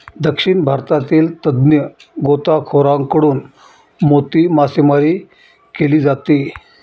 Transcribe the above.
दक्षिण भारतातील तज्ञ गोताखोरांकडून मोती मासेमारी केली जाते